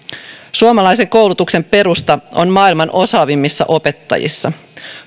suomalaisen koulutuksen perusta on maailman osaavimmissa opettajissa